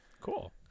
Cool